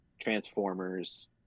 Transformers